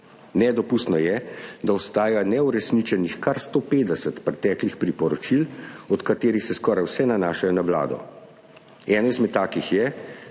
Nedopustno je, da ostaja neuresničenih kar 150 preteklih priporočil, od katerih se skoraj vsa nanašajo na Vlado.